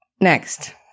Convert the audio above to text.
Next